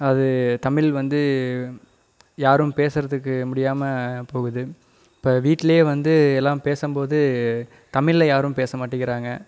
அது தமிழ் வந்து யாரும் பேசுறதுக்கு முடியாமல் போகுது இப்போ வீட்லையே வந்து வந்து எல்லாம் பேசும் போது தமிழில் யாரும் பேச மாட்டிக்கிறாங்க